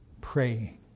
praying